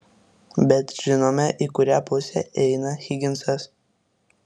bet žinome į kurią pusę eina higinsas